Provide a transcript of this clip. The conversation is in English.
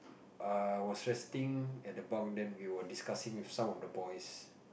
I was resting at the bunk then we were discussing with some of the boys